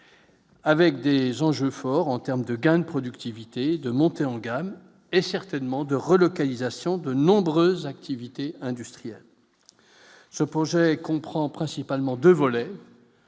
avec des enjeux forts en termes de gains de productivité, de montée en gamme et certainement de relocalisation de nombreuses activités industrielles, ce projet comprend principalement 2 volets